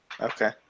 Okay